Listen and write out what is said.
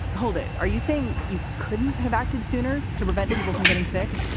hold it. are you saying you couldn't have acted sooner to prevent people from getting sick?